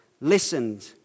listened